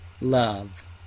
love